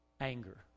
Anger